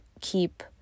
keep